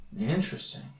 interesting